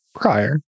prior